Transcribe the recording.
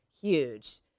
huge